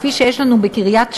כפי שיש לנו בקריית-שמונה,